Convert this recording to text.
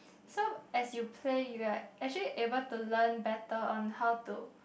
so as you play you're actually able to learn better on how to